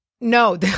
no